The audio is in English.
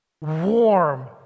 warm